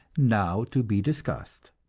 now to be discussed.